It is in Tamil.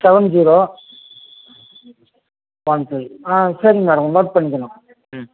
செவன் ஜீரோ செவன் ஃபைவ் ஆ சரிங்க மேடம் நோட் பண்ணிக்கினோம் ம்